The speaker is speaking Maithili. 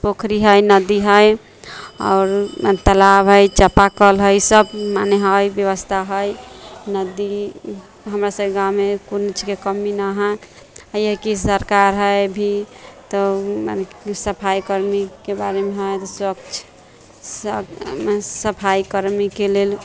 पोखरि हइ नदी हइ आओर तलाब हइ चापा कल हइ सभ मने हइ व्यवस्था हइ नदी हमरा सभकेँ गाँवमे कोनो चीजकेँ कमी नहि हइ अइ हइ कि सरकार हइ अभी तऽ मने सफाइकर्मीके बारे मे हइ तऽ स्वछ सफाइकर्मीके लेल